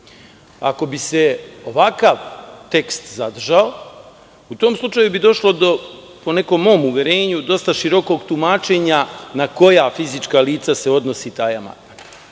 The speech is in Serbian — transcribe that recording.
bi se ovakav tekst zadržao, u tom slučaju bi došlo, po nekom mom uverenju, do dosta širokog tumačenja na koja fizička lica se odnosi taj član.